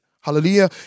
hallelujah